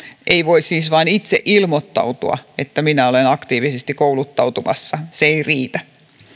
ei voi siis vain itse ilmoittautua että minä olen aktiivisesti kouluttautumassa se ei riitä